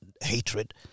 hatred